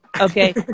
okay